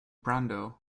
brando